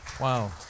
Wow